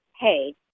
hey